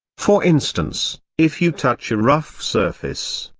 for instance, if you touch a rough surface,